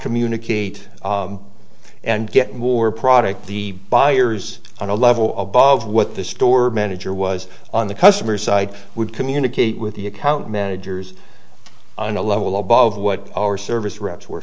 communicate and get more product the buyers on a level above what the store manager was on the customer side would communicate with the account managers and a level above what our service reps were